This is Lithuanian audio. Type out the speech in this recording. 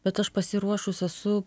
bet aš pasiruošus esu